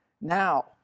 now